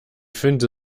finte